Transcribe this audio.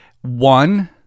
One